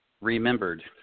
remembered